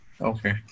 Okay